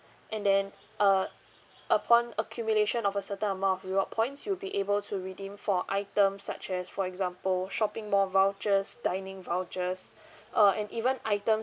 and then uh upon accumulation of a certain amount of reward points you'll be able to redeem for item such as for example shopping mall vouchers dining vouchers uh and even items